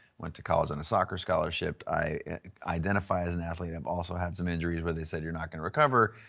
went to college on a soccer scholarship. i identify as an athlete. i've also had some injuries where they said you're not gonna recover.